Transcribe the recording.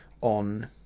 on